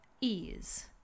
ease